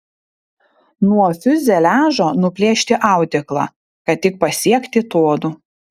nuo fiuzeliažo nuplėšti audeklą kad tik pasiekti tuodu